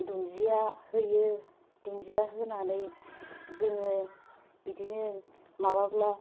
दुन्जिया होयो दुन्दिया होनानै जोङो बिदिनो माबाब्ला